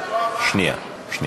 2016, לוועדה שתקבע ועדת הכנסת נתקבלה.